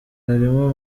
harimo